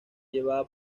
llevada